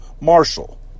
Marshall